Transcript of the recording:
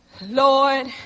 Lord